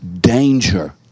danger